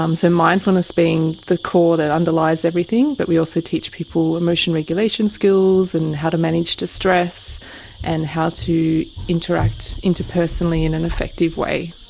um so and mindfulness being at the core that underlies everything, but we also teach people emotion regulation skills and how to manage distress and how to interact interpersonally in an effective way.